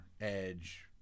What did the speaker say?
edge